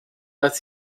was